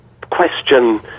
question